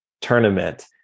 tournament